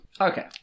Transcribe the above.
Okay